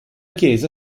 chiesa